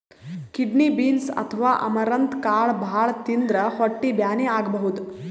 kidney beans ಅಥವಾ amaranth ಕಾಳ್ ಭಾಳ್ ತಿಂದ್ರ್ ಹೊಟ್ಟಿ ಬ್ಯಾನಿ ಆಗಬಹುದ್